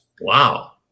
Wow